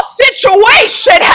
situation